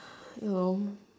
you know